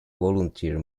volunteer